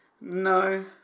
No